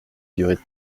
durées